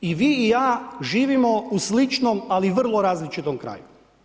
I vi i ja živimo u sličnom, ali vrlo različitom kraju.